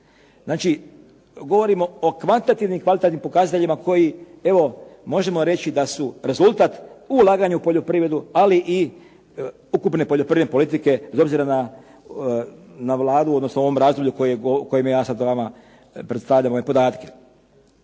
Znači govorimo o kvantitativnim i kvalitativnim pokazateljima koji možemo reći da su rezultat ulaganja u poljoprivredu, ali i ukupne poljoprivredne politike bez obzira na Vladu, odnosno u ovom razdoblju o kojem ja sada vama predstavljam podatke.